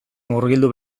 murgildu